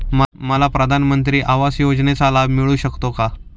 मला प्रधानमंत्री आवास योजनेचा लाभ मिळू शकतो का?